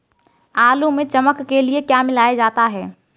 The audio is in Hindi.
आलू में चमक के लिए क्या मिलाया जाता है?